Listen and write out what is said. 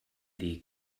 dir